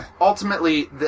ultimately